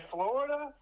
Florida